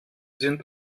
sind